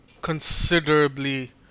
considerably